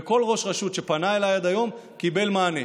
וכל ראש רשות שפנה אליי עד היום קיבל מענה.